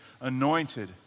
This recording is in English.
anointed